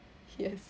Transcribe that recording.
yes